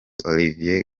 olivier